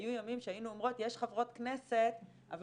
היו ימים שהיינו אומרות יש חברות כנסת אבל